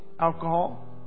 alcohol